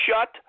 Shut